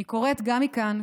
אני קוראת גם מכאן,